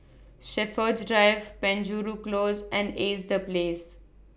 Shepherds Drive Penjuru Close and Ace The Place